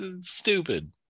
stupid